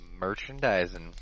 Merchandising